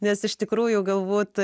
nes iš tikrųjų galbūt